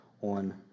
on